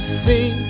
see